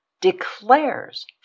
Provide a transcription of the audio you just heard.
declares